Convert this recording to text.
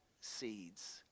seeds